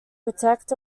protect